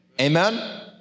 Amen